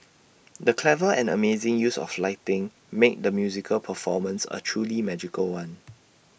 the clever and amazing use of lighting made the musical performance A truly magical one